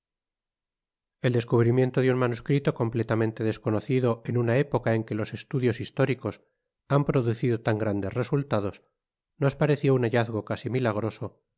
el descubrimiento de un manuscrito completamente desconocido en una época en que los estudios históricos han producido tan grandes resultados nos pareció un hallazgo casi milagroso